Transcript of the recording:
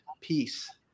peace